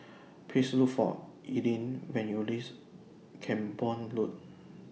Please Look For Erling when YOU REACH Camborne Road